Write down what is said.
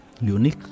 unique